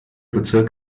bezirk